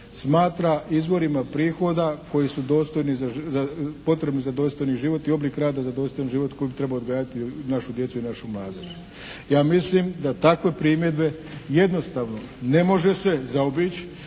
smatra izvorima prihoda koji su dostojni, potrebni za dostojni život i oblik rada za dostojni život koji bi trebao odgajati našu djecu i našu mladež. Ja mislim da takve primjedbe jednostavno ne može se zaobići